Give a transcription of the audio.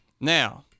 Now